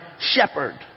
shepherd